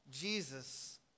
Jesus